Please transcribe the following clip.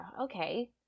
okay